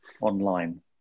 online